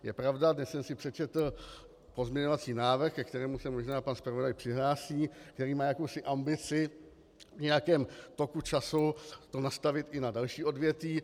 Je pravda, teď jsem si přečetl pozměňovací návrh, ke kterému se možná pan zpravodaj přihlásí, který má jakousi ambici v nějakém toku času to nastavit i na další odvětví.